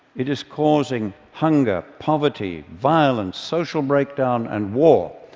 it is causing hunger, poverty, violence, social breakdown and war,